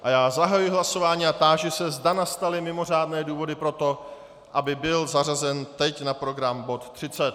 A já zahajuji hlasování a táži se, zda nastaly mimořádné důvody pro to, aby byl zařazen teď na program bod 30.